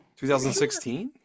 2016